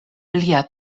lia